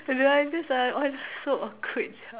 the others are all so awkward sia